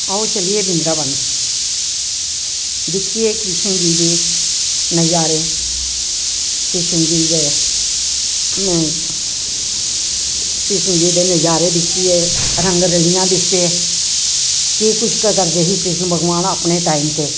आओ चलिए वृंदावन दिक्खिए कृष्ण जी दे नजारे कृष्ण जी दे कृष्ण जी दे नजारे दिक्खिए रंग रलियां दिखचै केह् कुछ करदे हे कृष्ण अपने टाइम ते